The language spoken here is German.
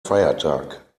feiertag